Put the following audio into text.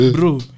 Bro